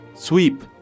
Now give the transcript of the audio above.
Sweep